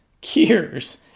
cures